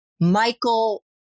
Michael